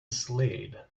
slade